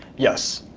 yes.